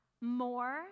more